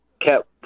kept